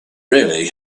really